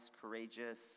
courageous